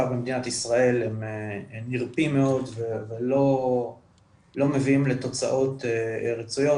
במדינת ישראל הם נרפים מאוד ולא מביאים לתוצאות רצויות.